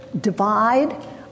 divide